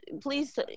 please